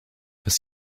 was